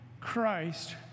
Christ